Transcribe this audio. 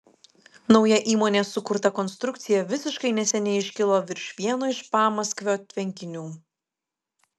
nauja įmonės sukurta konstrukcija visiškai neseniai iškilo virš vieno iš pamaskvio tvenkinių